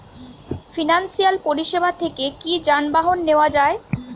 Financial পরিসেবা থেকে কি যানবাহন নেওয়া যায়?